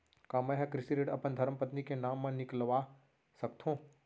का मैं ह कृषि ऋण अपन धर्मपत्नी के नाम मा निकलवा सकथो?